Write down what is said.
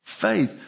faith